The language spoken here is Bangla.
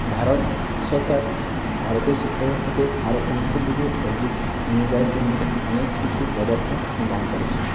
ভারত সরকার ভারতের শিক্ষাব্যবস্থাকে আরও উন্নতির দিকে এগিয়ে নিয়ে যাওয়ার জন্য অনেক কিছু ব্যবস্থা গ্রহণ করেছে